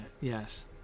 yes